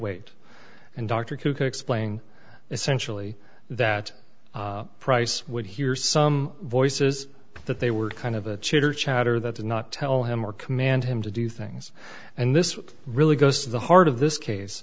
could explain essentially that price would hear some voices that they were kind of a cheater chatter that did not tell him or command him to do things and this really goes to the heart of this case